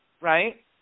Right